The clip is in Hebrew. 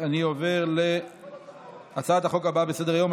אני עובר להצעת החוק הבאה בסדר-היום,